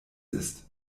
ist